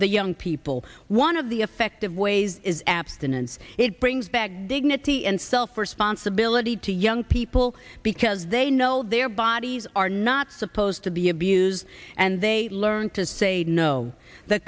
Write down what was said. the young people one of the effective ways is abstinence it brings back dignity and self responsibility to young people because they know their bodies are not supposed to be abused and they learn to say no the